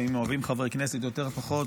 לפעמים אוהבים חברי כנסת יותר או פחות.